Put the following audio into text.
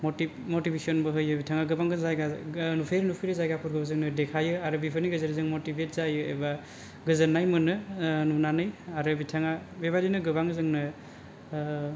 मतिबेसनबो होयो बिथाङा गोबां जायगा नुफेरै नुफेरै जायगाफोरखौ जोंनो देखाययो आरो बेफोरनि गेजेरजों मतिबेथ जायो एबा गोजोन्नाय मोनो नुनानै आरो बिथाङा बेबादिनो गोबां जोंनो